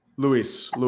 Luis